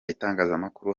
itangazamakuru